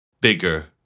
bigger